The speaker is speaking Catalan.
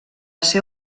ser